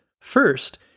First